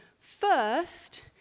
First